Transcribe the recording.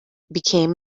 became